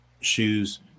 shoes